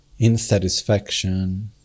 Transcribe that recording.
insatisfaction